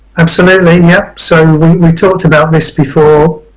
absolutely. and yeah so we talked about this before,